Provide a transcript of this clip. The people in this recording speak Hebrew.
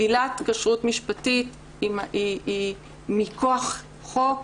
שלילת כשרות משפטית היא מכוח חוק.